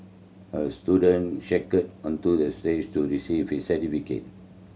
a student skated onto the stage to receive his certificate